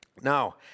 now